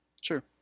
Sure